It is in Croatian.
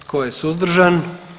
Tko je suzdržan?